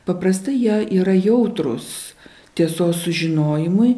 paprastai jie yra jautrūs tiesos sužinojimui